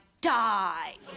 die